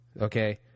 Okay